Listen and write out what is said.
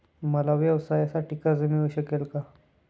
मला व्यवसायासाठी कर्ज मिळू शकेल का?